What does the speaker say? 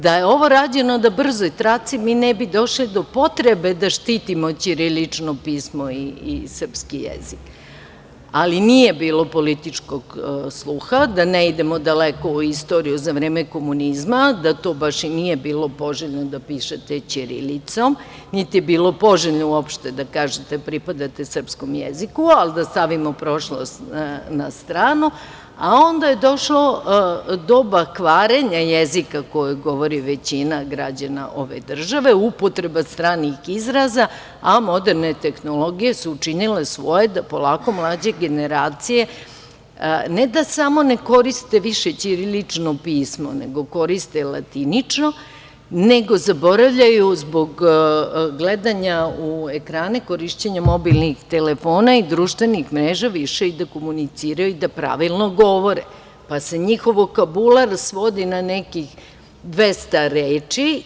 Da je ovo rađeno na brzoj traci, mi ne bi došli do potrebe da štitimo ćirilično pismo i srpski jezik, ali nije bilo političkog sluha, da ne idemo daleko u istoriju za vreme komunizma, da to baš i nije bilo poželjno da pišete ćirilicom, niti je uopšte bilo poželjno da kažete da pripadate srpskom jeziku, ali da stavimo prošlost na stranu, a onda je došlo doba kvarenja jezika koji govori većina građana ove države, upotreba stranih izraza, a moderne tehnologije su učinile svoje da polako mlađe generacije, ne da samo ne koriste više ćirilično pismo, nego koriste latinično, nego zaboravljaju zbog gledanja u ekrane, korišćenja mobilnih telefona i društvenih mreža više i da komuniciraju i da pravilno govore, pa se njihov vokabular svodi na nekih 200 reči.